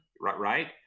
right